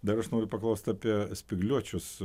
dar aš noriu paklaust apie spygliuočius